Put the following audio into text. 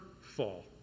fall